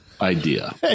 idea